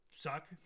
Suck